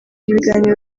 ibiganiro